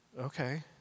Okay